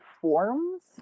forms